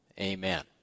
Amen